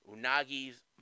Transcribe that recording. Unagi's